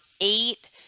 eight